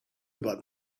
about